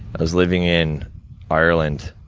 i was living in ireland,